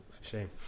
Shame